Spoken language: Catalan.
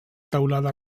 teulada